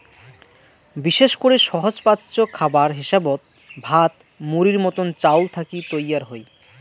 বিশেষ করি সহজপাচ্য খাবার হিসাবত ভাত, মুড়ির মতন চাউল থাকি তৈয়ার হই